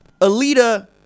Alita